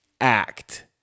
act